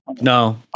no